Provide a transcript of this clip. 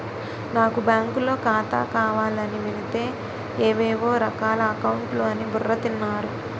నాకు బాంకులో ఖాతా కావాలని వెలితే ఏవేవో రకాల అకౌంట్లు అని బుర్ర తిన్నారు